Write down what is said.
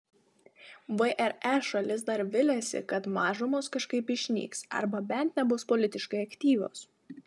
vre šalis dar viliasi kad mažumos kažkaip išnyks arba bent nebus politiškai aktyvios